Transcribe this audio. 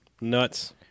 nuts